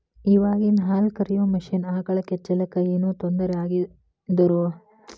ಇವಾಗಿನ ಹಾಲ ಕರಿಯೋ ಮಷೇನ್ ಆಕಳ ಕೆಚ್ಚಲಕ್ಕ ಏನೋ ತೊಂದರೆ ಆಗದಿರೋಹಂಗ ಮತ್ತ ಕಡಿಮೆ ಟೈಮಿನ್ಯಾಗ ಹಾಲ್ ಕರಿಬಹುದು